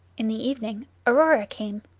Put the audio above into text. in the evening aurora came,